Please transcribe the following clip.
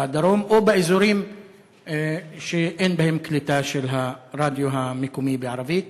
בדרום או באזורים שאין בהם קליטה של הרדיו המקומי בערבית?